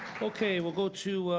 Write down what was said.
okay we'll go to.